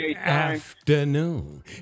afternoon